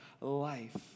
life